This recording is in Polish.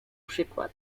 przykład